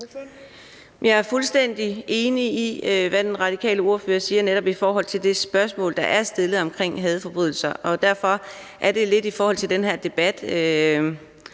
Jeg er fuldstændig enig i, hvad den radikale ordfører siger med hensyn til det spørgsmål, der er stillet om hadforbrydelser, og derfor synes jeg, det skrider lidt i den her debat,